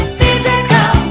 physical